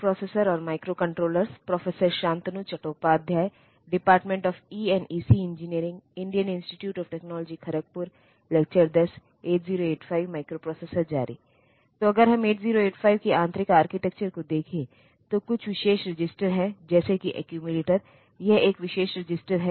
तो अगर हम 8085 की आंतरिक आर्किटेक्चर को देखें तो कुछ विशेष रजिस्टर हैं जैसे कि एक्यूमिलेटर यह एक विशेष रजिस्टर है